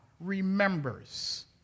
remembers